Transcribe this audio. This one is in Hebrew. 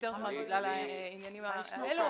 ביותר זמן בגלל העניינים האלה,